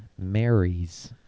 marries